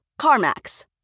CarMax